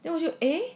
then 我就 eh